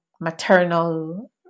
maternal